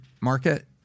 market